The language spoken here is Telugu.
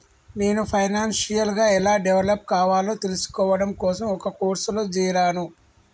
నేను ఫైనాన్షియల్ గా ఎలా డెవలప్ కావాలో తెల్సుకోడం కోసం ఒక కోర్సులో జేరాను